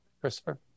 Christopher